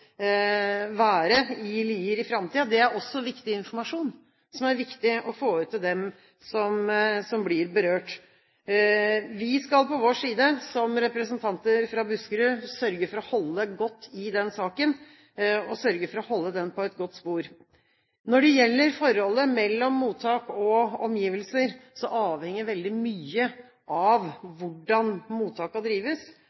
være i Lier i framtiden. Det er også viktig informasjon, som det er viktig å få ut til dem som blir berørt. Vi skal på vår side, som representanter fra Buskerud, sørge for å holde godt tak i den saken, og sørge for å holde den på et godt spor. Når det gjelder forholdet mellom mottak og omgivelser, avhenger veldig mye av